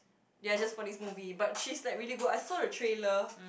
ya just for this movie but she's like really good I saw the trailer